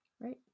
right